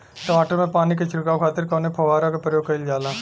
टमाटर में पानी के छिड़काव खातिर कवने फव्वारा का प्रयोग कईल जाला?